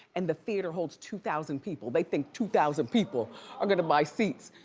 and the theater holds two thousand people. they think two thousand people are gonna buy seats.